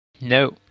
No